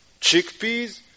Chickpeas